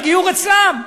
הגיור אצלם.